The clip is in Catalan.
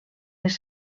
les